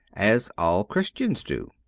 as all christians do.